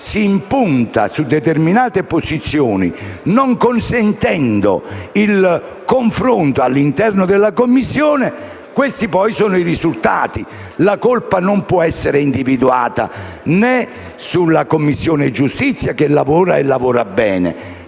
si impunta su determinate posizioni, non consentendo il confronto all'interno della Commissione, questi poi sono i risultati. La colpa non può essere attribuita né alla Commissione giustizia che lavora e lavora bene,